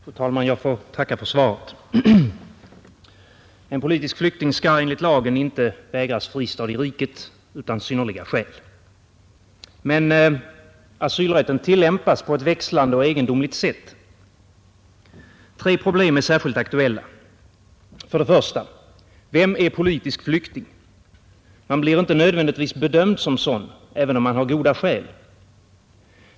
Fru talman! Jag får tacka för svaret. En politisk flykting skall enligt lagen inte vägras fristad i riket utan synnerliga skäl. Men asylrätten tillämpas på ett växlande och egendomligt sätt. Tre problem är särskilt aktuella. För det första: Vem är politisk flykting? Man blir inte nödvändigtvis bedömd som sådan även om man har goda skäl.